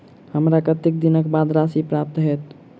हमरा कत्तेक दिनक बाद राशि प्राप्त होइत?